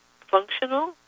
functional